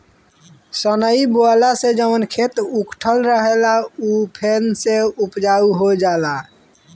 सनई बोअला से जवन खेत उकठल रहेला उ फेन से उपजाऊ हो जाला